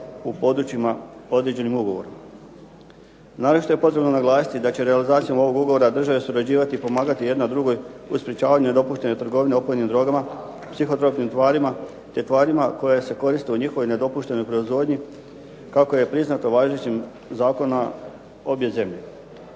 u područjima određenim ugovorom. Naročito je potrebno naglasiti da će realizacijom ovog ugovora države surađivati i pomagati jedna drugoj u sprječavanju dopuštene trgovine opojnim drogama, …/Govornik se ne razumije./… tvarima, te tvarima koje se koriste u njihovoj nedopuštenoj proizvodnji, kako je priznato važećim zakona obje zemlje.